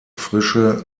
frische